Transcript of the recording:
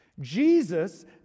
Jesus